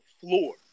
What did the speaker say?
floor